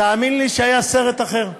תאמין לי שהיה סרט אחר,